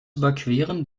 überqueren